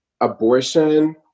abortion